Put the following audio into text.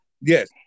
yes